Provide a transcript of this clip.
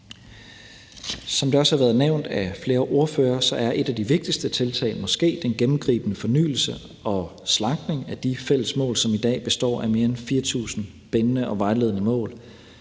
Som det også har været nævnt af flere ordførere, er et af de vigtigste tiltag måske den gennemgribende fornyelse og slankning af de fælles mål, som i dag består af mere end 4.000 bindende og vejledende mål.